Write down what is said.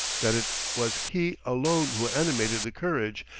that it was he alone who animated the courage,